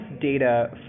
data